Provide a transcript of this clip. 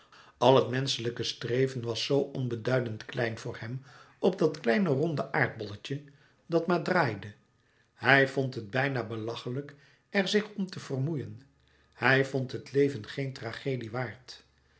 al het menschelijke streven was zoo onbeduidend klein voor hem op dat ronde aardbolletje dat maar draaide hij vond het bijna belachelijk er zich om te vermoeien hij vond het leven geen tragedie waard